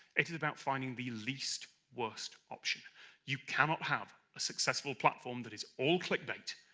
it is about finding the least worst option you cannot have a successful platform that is all clickbait,